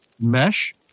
mesh